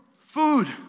food